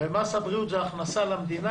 מס הבריאות הוא הכנסה למדינה,